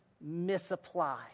misapply